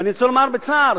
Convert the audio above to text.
אני רוצה לומר בצער,